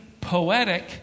poetic